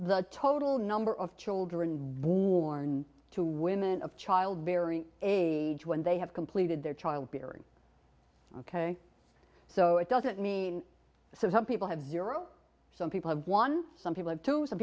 the total number of children born to women of childbearing age when they have completed their childbearing ok so it doesn't mean so some people have zero some people have one some people have two some